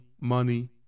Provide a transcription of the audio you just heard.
money